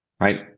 right